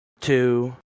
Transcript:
two